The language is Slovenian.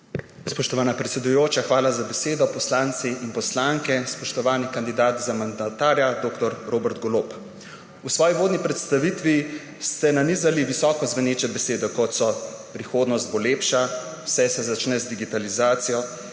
Spoštovana predsedujoča, hvala za besedo. Poslanci in poslanke! Spoštovani kandidat za mandatarja dr. Robert Golob! V svoji uvodni predstavitvi ste nanizali visoko zveneče besede, kot so prihodnost bo lepša, vse se začne z digitalizacijo